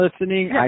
listening